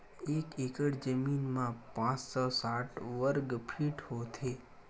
एक एकड़ जमीन मा पांच सौ साठ वर्ग फीट होथे